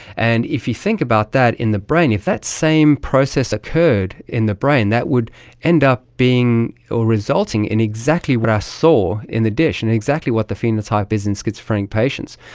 and if you think about that in the brain, if that same process occurred in the brain, that would end up ah resulting in exactly what i saw in the dish, and exactly what the phenotype is in schizophrenic patients.